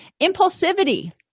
Impulsivity